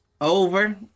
Over